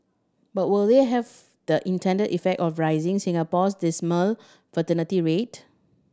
but will they have the intended effect of raising Singapore's dismal fertility rate